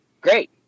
great